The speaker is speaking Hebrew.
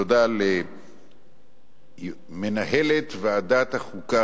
תודה למנהלת ועדת החוקה,